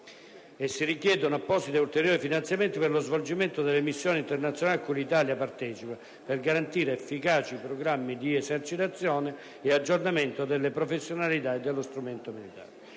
Si richiedono inoltre appositi e ulteriori finanziamenti per lo svolgimento delle missioni internazionali a cui l'Italia partecipa, per garantire efficaci programmi di esercitazione e aggiornamento delle professionalità e dello strumento militare.